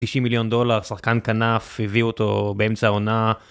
90 מיליון דולר, שחקן כנף הביאו אותו באמצע העונה